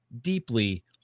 deeply